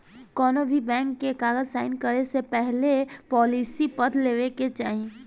कौनोभी बैंक के कागज़ साइन करे से पहले पॉलिसी पढ़ लेवे के चाही